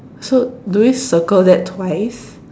so do we circle that twice